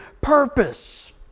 purpose